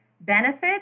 benefits